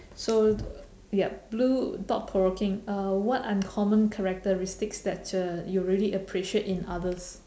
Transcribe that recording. so yup blue thought provoking uh what uncommon characteristics that uh you really appreciate in others